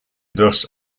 thus